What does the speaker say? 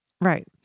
Right